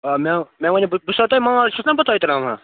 آ مےٚ مےٚ ؤنِو بہٕ چھَسو تۄہہِ مال چھُس نا بہٕ تۄہہِ ترٛاوان